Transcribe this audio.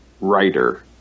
writer